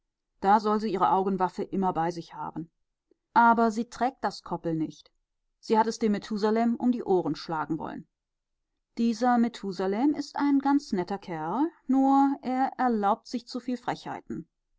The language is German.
da soll sie ihre augenwaffe immer bei sich haben aber sie trägt das koppel nicht sie hat es dem methusalem um die ohren schlagen wollen dieser methusalem ist ein ganz netter kerl nur er erlaubt sich zuviel frechheiten